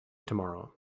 tomorrow